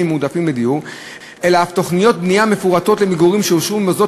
מועדפים לדיור אלא אף תוכניות בנייה מפורטות למגורים שאושרו במוסדות